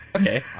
Okay